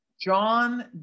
John